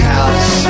House